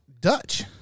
Dutch